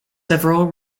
several